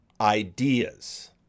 ideas